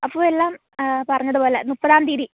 അപ്പോൾ എല്ലാം പറഞ്ഞത് പോലെ മുപ്പതാം തീയതി